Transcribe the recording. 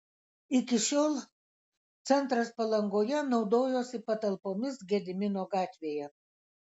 iki šiol centras palangoje naudojosi patalpomis gedimino gatvėje